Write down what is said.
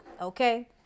okay